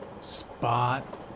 Spot